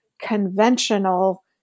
conventional